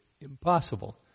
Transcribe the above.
impossible